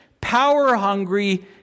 power-hungry